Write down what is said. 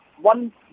one